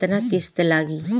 केतना किस्त लागी?